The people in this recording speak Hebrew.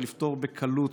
ולפתור בקלות,